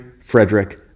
Frederick